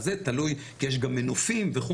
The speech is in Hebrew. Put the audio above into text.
תלוי כי יש גם מנופים וכו',